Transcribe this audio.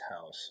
house